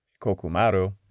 Kokumaru